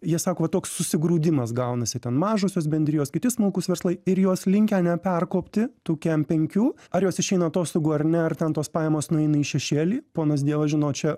jie sako va toks susigrūdimas gaunasi ten mažosios bendrijos kiti smulkūs verslai ir jos linkę neperkopti tų kem penkių ar jos išeina atostogų ar ne ar ten tos pajamos nueina į šešėlį ponas dievas žino čia